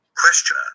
Question